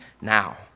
now